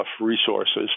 resources